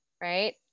Right